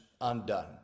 undone